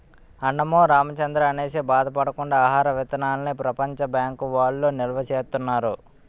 అన్నమో రామచంద్రా అనేసి బాధ పడకుండా ఆహార విత్తనాల్ని ప్రపంచ బ్యాంకు వౌళ్ళు నిలవా సేత్తన్నారు